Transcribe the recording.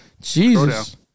Jesus